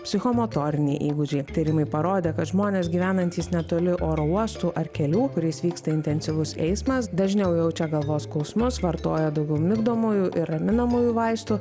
psichomotoriniai įgūdžiai tyrimai parodė kad žmonės gyvenantys netoli oro uostų ar kelių kuriais vyksta intensyvus eismas dažniau jaučia galvos skausmus vartoja daugiau migdomųjų ir raminamųjų vaistų